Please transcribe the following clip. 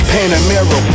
Panamera